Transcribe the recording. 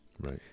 Right